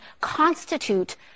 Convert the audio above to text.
constitute